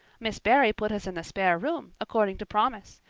miss barry put us in the spare room, according to promise.